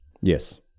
Yes